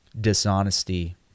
dishonesty